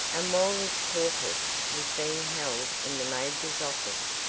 and while this caucus was being held in the major's office,